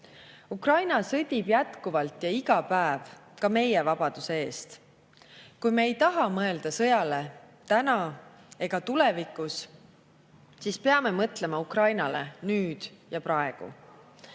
Ukraina sõdib jätkuvalt ja iga päev ka meie vabaduse eest. Kui me ei taha mõelda sõjale täna ega tulevikus, siis peame mõtlema Ukrainale nüüd ja praegu.